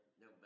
No